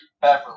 Beverly